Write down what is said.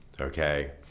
Okay